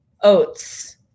oats